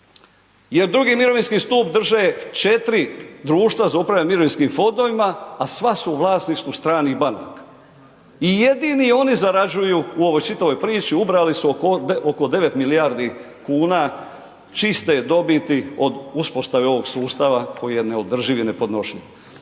Jer drugi mirovinski stup drže četiri društva za upravljanje mirovinskim fondovima a sva su u vlasništvu stranih banaka. I jedini oni zarađuju u ovoj čitavoj priči, ubrali su oko 9 milijardi kuna čiste dobiti od uspostave ovog sustava koji je neodrživ i nepodnošljiv.